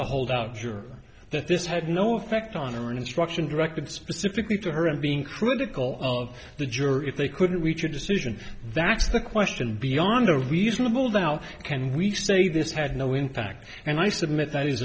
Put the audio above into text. the holdout juror that this had no effect on her instruction directed specifically to her and being critical of the jury if they couldn't reach a decision that's the question beyond a reasonable doubt can we say this had no impact and i submit that is